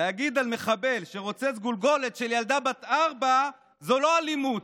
להגיד על מחבל שרוצץ גולגולת של ילדה בת ארבע שזו לא אלימות,